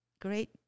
Great